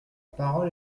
parole